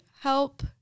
help